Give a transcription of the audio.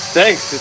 Thanks